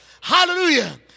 Hallelujah